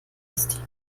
ist